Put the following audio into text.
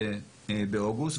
באוגוסט.